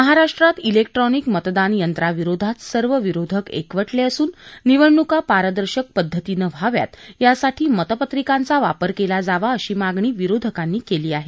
महाराष्ट्रात लेक्ट्रॉनिक मतदान यंत्रांविरोधात सर्व विरोधक एकवटले असून निवडणुका पारदर्शक पद्धतीनं व्हाव्यात यासाठी मतपत्रिकांचा वापर केला जावा अशी मागणी विरोधकांनी केली आहे